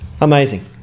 Amazing